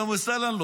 אהלן וסהלן,